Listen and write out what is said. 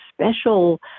special